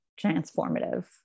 transformative